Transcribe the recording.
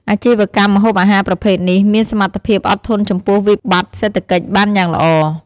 អាជីវកម្មម្ហូបអាហារប្រភេទនេះ មានសមត្ថភាពអត់ធន់ចំពោះវិបត្តិសេដ្ឋកិច្ចបានយ៉ាងល្អ។